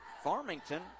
Farmington